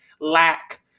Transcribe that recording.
lack